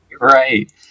Right